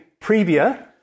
Previa